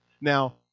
Now